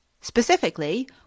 specifically